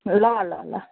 ल ल ल